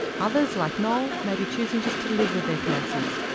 others like noel may be choosing just to live with their cancers.